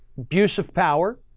abuse of power